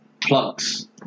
Plugs